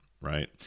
right